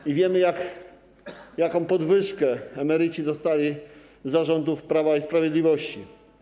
I wiemy, jaką podwyżkę emeryci dostali za rządów Prawa i Sprawiedliwości.